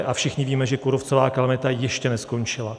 A všichni víme, že kůrovcová kalamita ještě neskončila.